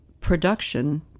production